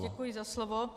Děkuji za slovo.